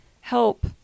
help